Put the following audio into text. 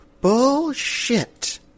Bullshit